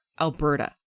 Alberta